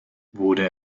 wurde